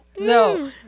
No